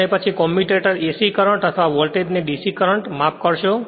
અને પછી commutator AC current અથવા વોલ્ટેજ ને DC કરંટ માફ કરશો